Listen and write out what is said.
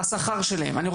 השכר שלהם.